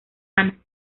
ana